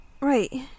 Right